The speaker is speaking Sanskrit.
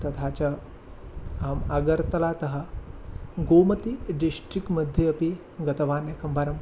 तथा च आम् आगर्तलातः गोमति डिस्ट्रिक् मध्ये अपि गतवान् एकं वारं